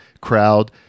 crowd